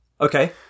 Okay